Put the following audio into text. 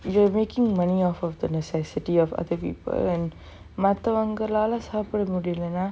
you are making money off of the necessity of other people and மத்தவங்களால சாப்புட முடியலனா:mathavangalaala saapuda mudiyalanaa